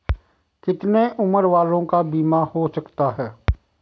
कितने उम्र वालों का बीमा हो सकता है?